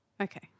Okay